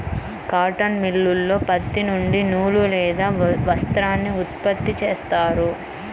cotton మిల్లులో పత్తి నుండి నూలు లేదా వస్త్రాన్ని ఉత్పత్తి చేస్తారు